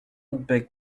bec